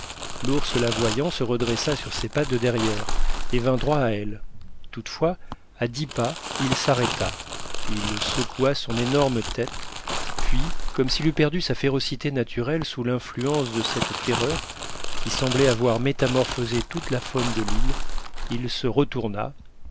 l'ours la voyant se redressa sur ses pattes de derrière et vint droit à elle toutefois à dix pas il s'arrêta il secoua son énorme tête puis comme s'il eût perdu sa férocité naturelle sous l'influence de cette terreur qui semblait avoir métamorphosé toute la faune de l'île il se retourna